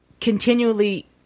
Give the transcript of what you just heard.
continually –